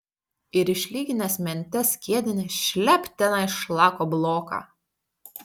ir išlyginęs mente skiedinį šlept tenai šlako bloką